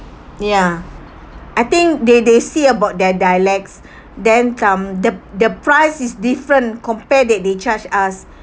ya I think they they say about their dialects then um the the price is different compared that they charged us